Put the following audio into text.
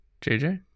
JJ